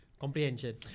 comprehension